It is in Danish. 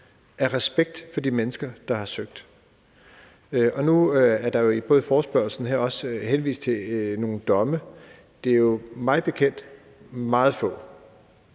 af respekt for de mennesker, der har søgt. Nu er der jo i forespørgslen her også henvist til nogle domme, og det er mig bekendt meget få.